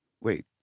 wait